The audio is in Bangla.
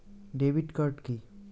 Debit card key?